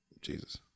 Jesus